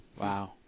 Wow